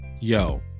Yo